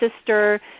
sister